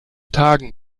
tagen